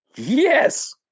Yes